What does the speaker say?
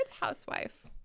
housewife